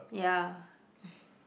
ya